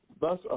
Thus